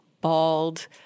bald